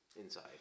Inside